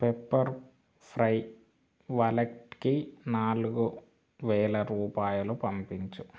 pepper fry వాలెట్కి నాలుగు వేల రూపాయలు పంపించు